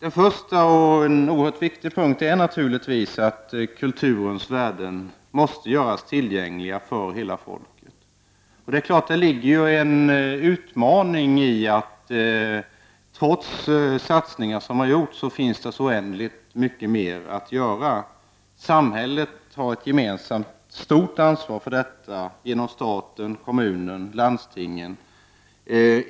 En första viktig punkt är naturligtvis att kulturens värden måste göras tillgängliga för hela folket. Det ligger naturligtvis en utmaning i att det, trots satsningar som har gjorts, finns så oändligt mycket mera att göra. Samhället har ett stort ansvar för dessa genom stat, kommuner och landsting.